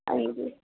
ਹਾਂਜੀ